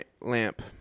lamp